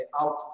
out